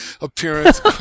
appearance